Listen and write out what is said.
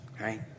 right